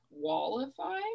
qualify